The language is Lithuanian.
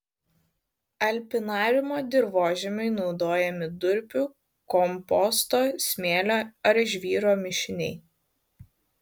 alpinariumo dirvožemiui naudojami durpių komposto smėlio ar žvyro mišiniai